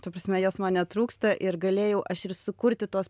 ta prasme jos man netrūksta ir galėjau aš ir sukurti tuos